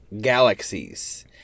galaxies